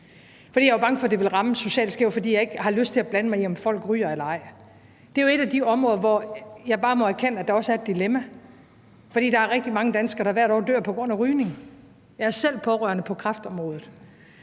jeg var bange for, at det ville ramme socialt skævt, og fordi jeg ikke har lyst til at blande mig i, om folk ryger eller ej. Det er et af de områder, hvor jeg bare må erkende, at der også er et dilemma, for der er rigtig mange danskere, der hvert år dør på grund af rygning. Jeg har selv pårørende på kræftområdet.